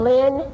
Lynn